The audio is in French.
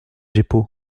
jeppo